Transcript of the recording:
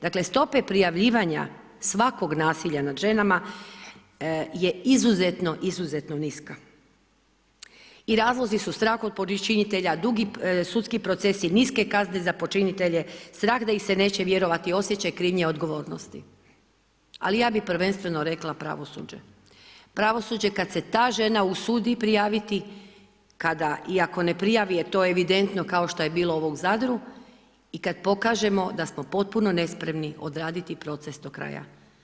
Dakle, stope prijavljivanja svakog nasija nad ženama je izuzetno, izuzetno niska i razlozi su strah od počinitelja, dugi sudski procesi, niske kazne za počinitelje, strah da im se neće vjerovati, osjećaj krivnje i odgovornosti, ali ja bi prvenstveno rekla pravosuđe, pravosuđe kad se ta žena usudi prijaviti kada, iako ne prijavi je to evidentno kao što je bilo ovo u Zadru i kad pokažemo da smo potpuno nespremni odrediti proces do kraja.